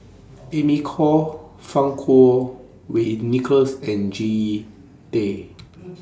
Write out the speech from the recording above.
Amy Khor Fang Kuo Wei Nicholas and Jean Tay